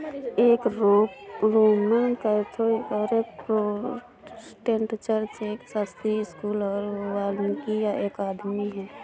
एक Roman Catholic और एक प्रोटेस्टेंट चर्च, एक शास्त्रीय स्कूल और वानिकी अकादमी है